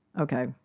Okay